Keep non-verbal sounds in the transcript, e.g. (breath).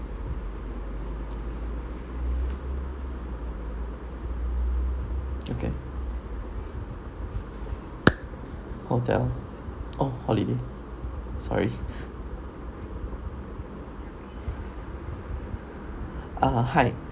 okay (noise) hotel oh holiday sorry (breath) ah hi